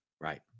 Right